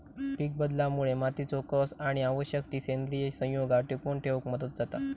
पीकबदलामुळे मातीचो कस आणि आवश्यक ती सेंद्रिय संयुगा टिकवन ठेवक मदत जाता